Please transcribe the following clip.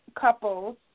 couples